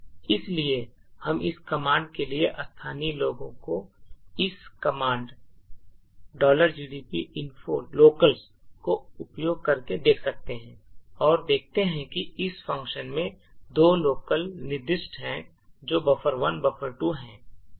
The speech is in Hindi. इसलिए हम इस कमांड के लिए स्थानीय लोगों को इस कमांड gdb info locals का उपयोग करके देख सकते हैं और हम देखते हैं कि इस फंक्शन में 2 लोकल निर्दिष्ट हैं जो buffer1 और buffer2 हैं